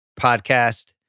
Podcast